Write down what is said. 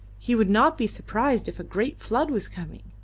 he would not be surprised if a great flood was coming.